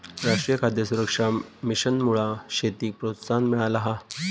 राष्ट्रीय खाद्य सुरक्षा मिशनमुळा शेतीक प्रोत्साहन मिळाला हा